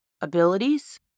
abilities